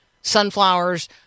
sunflowers